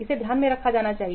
इसे ध्यान में रखा जाना चाहिए